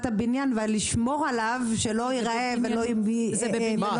הבניין ולשמור עליו שלא ייראה ולא יישחק.